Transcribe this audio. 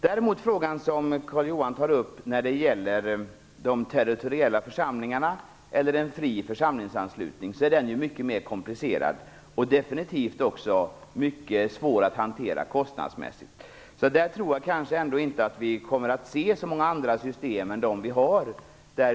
Den fråga som Carl-Johan Wilson tar upp när det gäller de territoriella församlingarna eller en fri församlingsanslutning, är däremot mycket mer komplicerad och definitivt mycket svår att hantera kostnadsmässigt. Jag tror kanske inte att vi kommer att få se så många andra system än dem vi har.